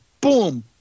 boom